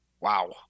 Wow